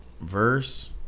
Verse